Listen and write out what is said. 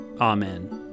Amen